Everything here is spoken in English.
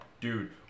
Dude